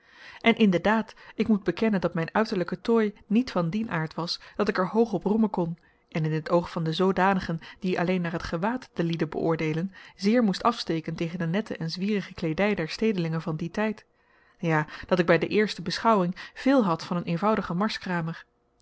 en in de daad ik moet bekennen dat mijn uiterlijke tooi niet van dien aard was dat ik er hoog op roemen kon en in het oog van de zoodanigen die alleen naar het gewaad de lieden beöordeelen zeer moest afsteken tegen de nette en zwierige kleedij der stedelingen van dien tijd ja dat ik bij de eerste beschouwing veel had van een eenvoudigen marskramer